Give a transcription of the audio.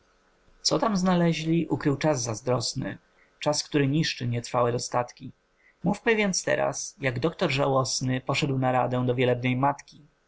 co tam znalezli ukrył czas zazdrośny czas który niszczy nietrwałe dostatki mówmy więc teraz jak doktor żałośny poszedł na radę do wielebnej matki